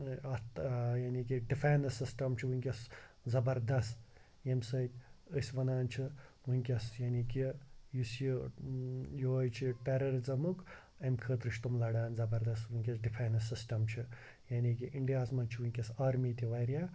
اَتھ یعنی کہِ ڈِفٮ۪نٕس سِسٹَم چھُ وٕنکٮ۪س زَبردَس ییٚمہِ سۭتۍ أسۍ وَنان چھِ وٕنکٮ۪س یعنی کہِ یُس یہِ یہوے چھُ ٹَررِزمُک اَمہِ خٲطرٕ چھِ تُم لَڑان زَبردَس وٕنکٮ۪س ڈِفٮ۪نٕس سِسٹَم چھِ یعنی کہِ اِنڈیاہَس منٛز چھُ وٕنکٮ۪س آرمی تہِ واریاہ